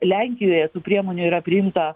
lenkijoje tų priemonių yra priimta